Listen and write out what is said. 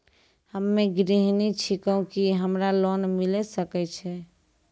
हम्मे गृहिणी छिकौं, की हमरा लोन मिले सकय छै?